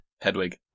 Hedwig